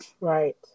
Right